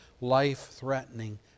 life-threatening